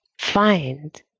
find